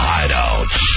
Hideouts